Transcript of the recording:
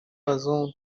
abazungu